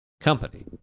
company